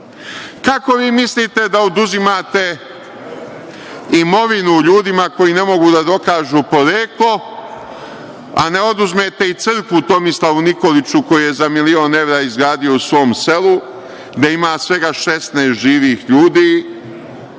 vi mislite da oduzimate imovinu ljudima koji ne mogu da dokažu poreklo, a ne oduzmete i Crkvu Tomislavu Nikoliću koju je za milion evra izgradio u svom selu, gde ima svega 16 živih ljudi